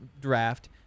draft